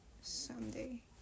someday